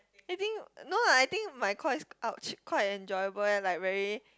I think no lah I think my course is !ouch! quite enjoyable eh like very